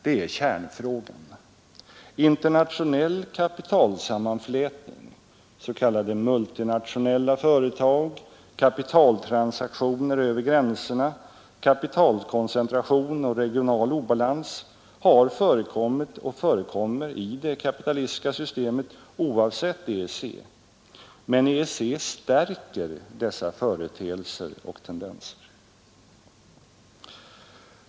Det är kärnfrågan. Internationell kapitalsammanflätning, s.k. multinationella företag, kapitaltransaktioner över gränserna, kapitalkoncentration och regional obalans har förekommit och förekommer i det kapitalistiska systemet oavsett EEC. Men EEC stärker dessa företeelser och tendenser.